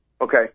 okay